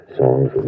songs